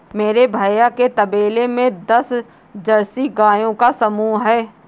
मेरे भैया के तबेले में दस जर्सी गायों का समूह हैं